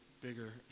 bigger